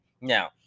Now